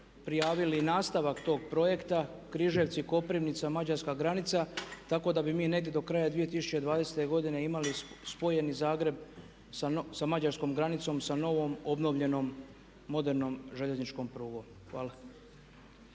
prijavili nastavak tog projekta Križevci-Koprivnica-mađarska granica. Tako da bi mi negdje do kraja 2020. godine imali spojeni Zagreb sa mađarskom granicom, sa novom obnovljenom, modernom željezničkom prugom. Hvala.